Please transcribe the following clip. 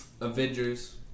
Avengers